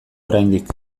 oraindik